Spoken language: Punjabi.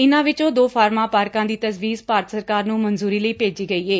ਇਨਾਂ ਵੈਚੋਂ ਦੋ ਫਾਰਮਾਂ ਪਾਰਕਾਂ ਦੀ ਤਜਵੀਜ਼ ਭਾਰਤ ਸਰਕਾਰ ਨੂੰ ਮਨਜੁਰੀ ਲਈ ਭੇਜੀ ਗਈ ਏ